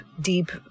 deep